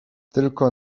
tylko